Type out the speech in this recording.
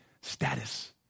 status